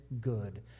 good